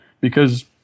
because-